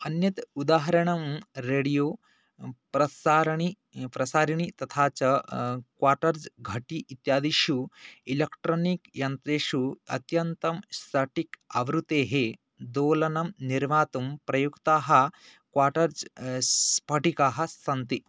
अन्यत् उदाहरणं रेडियो प्रसारणी प्रसारिणी तथा च क्वार्ट्स् घटी इत्यादिषु इलेक्ट्रोनिक् यन्त्रेषु अत्यन्तं साटिक् आवृतेः दोलनं निर्मातुं प्रयुक्ताः क्वार्ट्ज् स्फटिकाः सन्ति